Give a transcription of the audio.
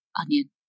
onion